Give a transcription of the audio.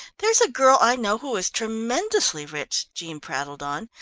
there's a girl i know who is tremendously rich, jean prattled on.